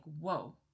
whoa